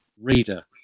Reader